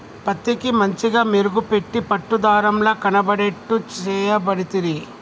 పత్తికి మంచిగ మెరుగు పెట్టి పట్టు దారం ల కనబడేట్టు చేయబడితిరి